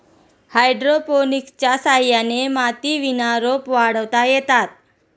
हायड्रोपोनिक्सच्या सहाय्याने मातीविना रोपं वाढवता येतात